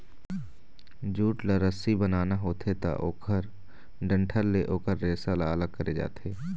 jute ल रस्सी बनाना होथे त ओखर डंठल ले ओखर रेसा ल अलग करे जाथे